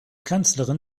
kanzlerin